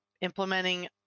implementing